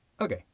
Okay